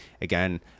Again